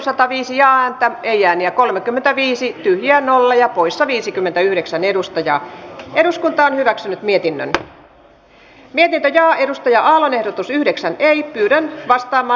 eduskunta edellyttää että valtioneuvosto valmistelee kaivoksen hallittua alasajoa koskevan suunni telman josta käyvät ilmi työllisyydenhoitoon ja ympäristönsuojeluun liittyvät kysymykset